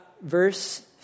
Verse